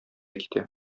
китә